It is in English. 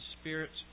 Spirit's